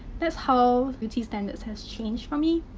that's how beauty standards has changed for me.